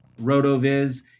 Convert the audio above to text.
RotoViz